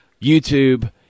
YouTube